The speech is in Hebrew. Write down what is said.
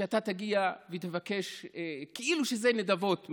שאתה תגיע ותבקש מהמדינה, כאילו שזה נדבות.